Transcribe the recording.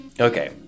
Okay